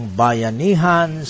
bayanihan